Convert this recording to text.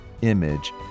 image